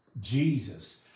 Jesus